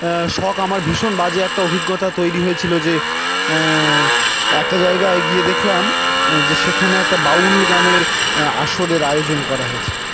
শখ আমার ভীষণ বাজে একটা অভিজ্ঞতা তৈরি হয়েছিলো যে একটা জায়গায় গিয়ে দেখলাম যে সেখানে একটা বাউল গানের আসরের আয়োজন করা হয়েছে